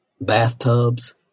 bathtubs